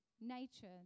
nature